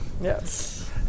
Yes